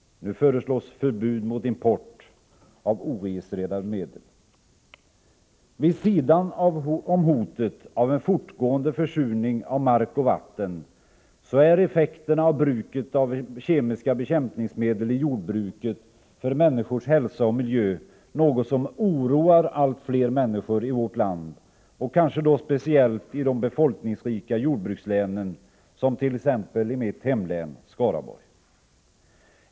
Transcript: Nu föreslås förbud mot import av oregistrerade medel. Vid sidan av hotet om en fortgående försurning av mark och vatten är effekterna av bruket av kemiska bekämpningsmedel i jordbruket för människors hälsa och miljö något som oroar allt fler människor i vårt land, och kanske då speciellt i de befolkningsrika jordbrukslänen, t.ex. i mitt hemlän Skaraborg.